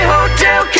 Hotel